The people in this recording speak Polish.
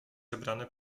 zebrane